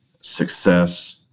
success